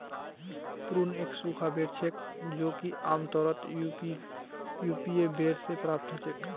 prune एक सूखा बेर छेक जो कि आमतौरत यूरोपीय बेर से प्राप्त हछेक